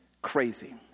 crazy